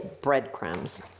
breadcrumbs